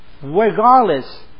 Regardless